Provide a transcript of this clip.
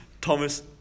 Thomas